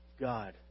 God